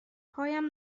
پایم